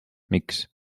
miks